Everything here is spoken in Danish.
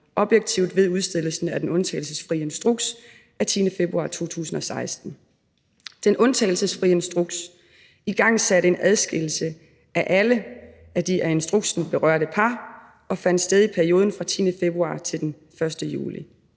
objektivt ved udsendelsen af den undtagelsesfrie instruks af 10. februar 2016. Den undtagelsesfrie instruks igangsatte en adskillelse af alle de af instruksen berørte par, hvilket fandt sted i perioden fra den 10. februar til den 1. juli.